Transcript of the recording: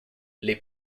les